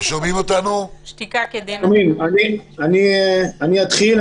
אני אתחיל.